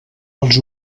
els